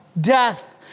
Death